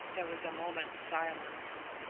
there was a moment's silence.